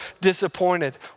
disappointed